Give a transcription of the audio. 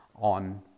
on